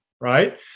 right